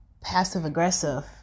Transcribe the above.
passive-aggressive